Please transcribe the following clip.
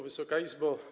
Wysoka Izbo!